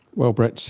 well brett,